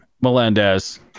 Melendez